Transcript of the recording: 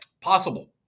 Possible